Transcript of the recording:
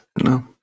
no